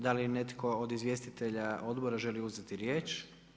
Da li netko od izvjestitelja odbora želi uzeti riječ?